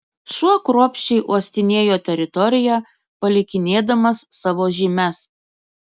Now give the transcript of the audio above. šuo kruopščiai uostinėjo teritoriją palikinėdamas savo žymes